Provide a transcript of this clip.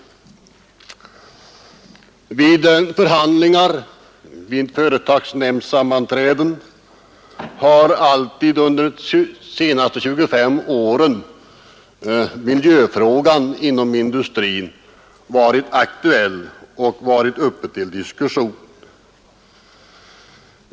Vid förhandlingar och vid företagsnämndssammanträden har under de senaste 25 åren miljöfrågan inom industrin varit aktuell och diskuterats.